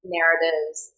Narratives